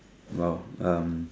!wow! um